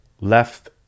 left